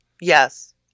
Yes